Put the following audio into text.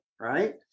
right